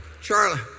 Charlie